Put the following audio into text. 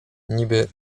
niby